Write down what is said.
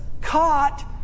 caught